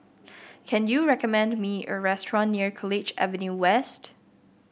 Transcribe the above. can you recommend me a restaurant near College Avenue West